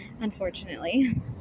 unfortunately